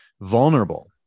vulnerable